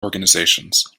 organizations